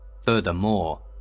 Furthermore